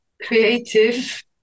creative